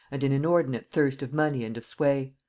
and an inordinate thirst of money and of sway.